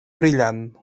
brillant